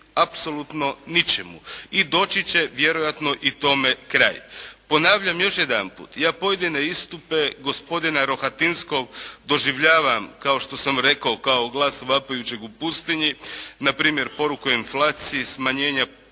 apsolutno ničemu. I doći će vjerojatno i tome kraj. Ponavljam još jedanput. Ja pojedine istupe gospodina Rohatinskog doživljavam kao što sam rekao, kao glas vapajućeg u pustinji. Na primjer poruku o inflaciji, smanjenja